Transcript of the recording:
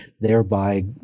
thereby